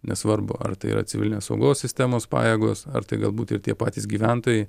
nesvarbu ar tai yra civilinės saugos sistemos pajėgos ar tai galbūt ir tie patys gyventojai